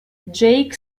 jake